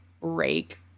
break